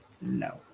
No